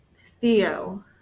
Theo